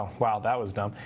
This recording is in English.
ah wow, that was dumb.